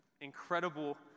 incredible